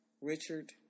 Richard